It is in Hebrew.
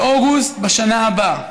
באוגוסט בשנה הבאה,